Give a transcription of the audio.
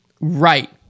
right